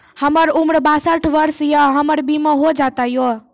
हमर उम्र बासठ वर्ष या हमर बीमा हो जाता यो?